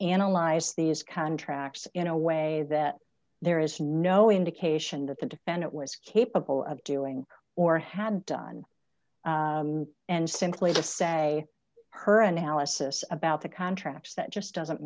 analyze these contracts in a way that there is no indication that the defendant was capable of doing or had done and simply to say her analysis about the contracts that just doesn't